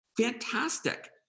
fantastic